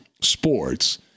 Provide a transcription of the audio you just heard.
sports